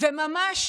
וממש